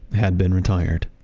had been retired,